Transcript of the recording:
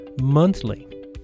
monthly